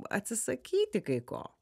atsisakyti kai ko